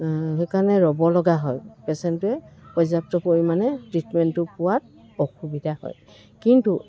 সেইকাৰণে ৰ'বলগা হয় পেচেণ্টটোৱে পৰ্যাপ্ত পৰিমাণে ট্ৰিটমেণ্টটো পোৱাত অসুবিধা হয় কিন্তু